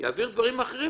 יעבירו דברים אחרים,